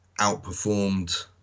outperformed